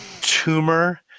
tumor